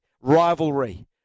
rivalry